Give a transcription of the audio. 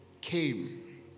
came